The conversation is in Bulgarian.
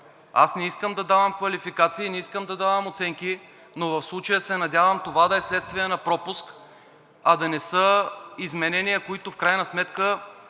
Не искам да давам квалификации, не искам да давам оценки, но в случая се надявам това да е вследствие на пропуск, а да не са изменения, които в крайна сметка